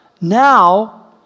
Now